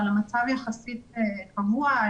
אבל המצב יחסית קבוע.